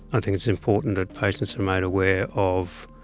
i think it's important that patients are made aware of